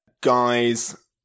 guys